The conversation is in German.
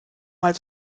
mal